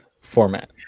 format